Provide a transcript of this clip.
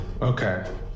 Okay